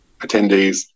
attendees